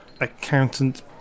accountant